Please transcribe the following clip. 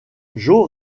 joe